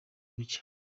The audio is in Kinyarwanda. muke